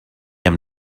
amb